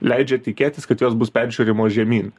leidžia tikėtis kad jos bus peržiūrimos žemyn